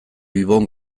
ibon